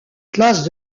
classes